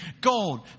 Gold